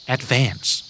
Advance